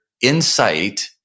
insight